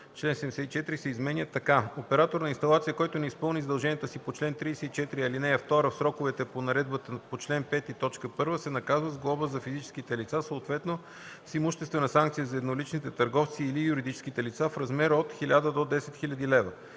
„Член 74 се изменя така: „Оператор на инсталация, който не изпълни задълженията си по чл. 34, ал. 2 в сроковете по наредбата по чл. 5, т. 1, се наказва с глоба за физическите лица, съответно с имуществена санкция за едноличните търговци или юридическите лица, в размер от 1000 до 10 000 лв.”